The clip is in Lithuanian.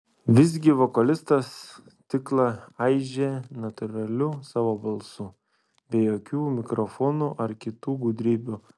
visgi vokalistas stiklą aižė natūraliu savo balsu be jokių mikrofonų ar kitų gudrybių